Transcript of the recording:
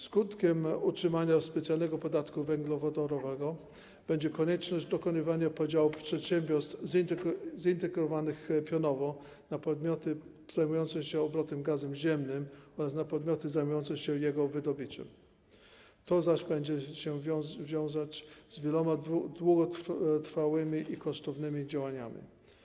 Skutkiem utrzymania specjalnego podatku węglowodorowego będzie konieczność dokonania podziału przedsiębiorstw zintegrowanych pionowo na podmioty zajmujące się obrotem gazem ziemnym oraz podmioty zajmujące się jego wydobyciem, to zaś będzie się wiązać z wieloma długotrwałymi i kosztownymi działaniami.